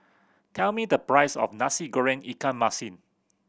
tell me the price of Nasi Goreng ikan masin